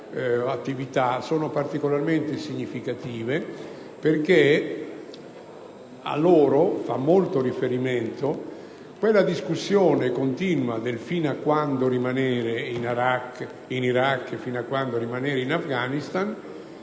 attività sono particolarmente significative, perché a loro fa riferimento quella discussione continua del fino a quando rimanere in Iraq e in Afghanistan: